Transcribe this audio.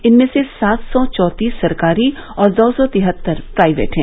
इनमें से सात सौ चौंतीस सरकारी और दो सौ तिहत्तर प्राइवेट हैं